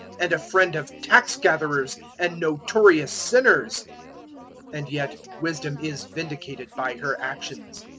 and a friend of tax-gatherers and notorious sinners and yet wisdom is vindicated by her actions.